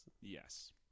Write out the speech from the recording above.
Yes